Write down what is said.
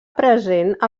present